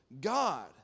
God